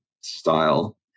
style